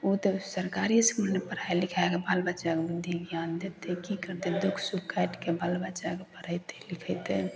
ओ तऽ सरकारी इसकुलमे पढ़ाइ लिखाइके बाल बच्चाके बुद्धि ज्ञान देतै की करते दुःख सुख काटिके बाल बच्चाके पढ़ेतै लिखेतै